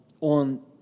on